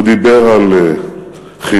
הוא דיבר על חינוך,